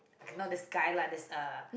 not this guy lah this uh